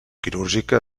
quirúrgica